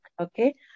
okay